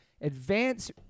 advance